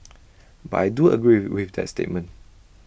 but I do agree with that statement